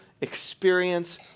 experience